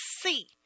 see